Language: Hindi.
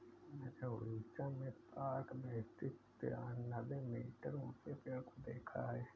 मैंने उड़ीसा में पार्क में स्थित तिरानवे मीटर ऊंचे पेड़ को देखा है